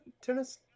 Tennis